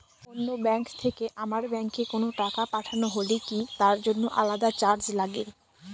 অন্য ব্যাংক থেকে আমার ব্যাংকে কোনো টাকা পাঠানো হলে কি তার জন্য আলাদা চার্জ লাগে?